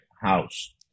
house